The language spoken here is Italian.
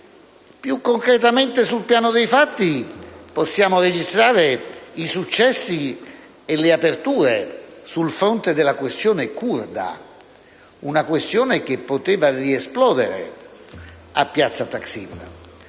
Più concretamente, sul piano dei fatti possiamo registrare i successi e le aperture sul fronte della questione curda, una questione che poteva riesplodere a piazza Taksim.